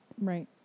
Right